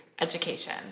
education